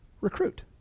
recruit